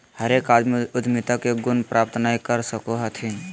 हरेक आदमी उद्यमिता के गुण प्राप्त नय कर सको हथिन